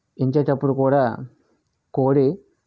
ఎంచేటప్పుడు కూడా కోడి